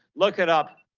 look it up.